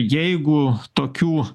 jeigu tokių